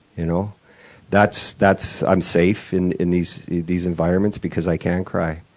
y'know? that's that's i'm safe in in these these environments because i can cry,